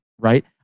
right